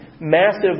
massive